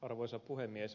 arvoisa puhemies